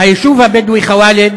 היישוב הבדואי ח'וואלד